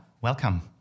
welcome